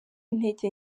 integer